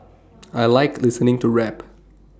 I Like listening to rap